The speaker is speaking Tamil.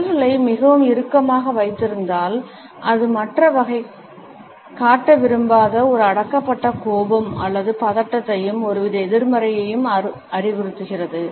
விரல்களை மிகவும் இறுக்கமாக வைத்திருந்தால் அது மற்ற வகை காட்ட விரும்பாத ஒரு அடக்கப்பட்ட கோபம் அல்லது பதட்டத்தையும் ஒருவித எதிர்மறையையும் அறிவுறுத்துகிறது